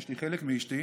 יש לי חלק מאשתי,